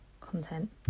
content